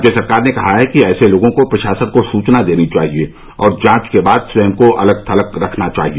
राज्य सरकार ने कहा है कि ऐसे लोगों को प्रशासन को सूचना देनी चाहिए और जांच के बाद स्वयं को अलग थलग रखना चाहिए